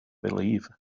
believe